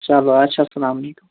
چَلو اچھا اَسلامُ عَلیکُم